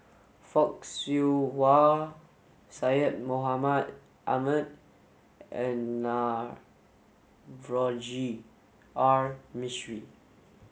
Fock Siew Wah Syed Mohamed Ahmed and Navroji R Mistri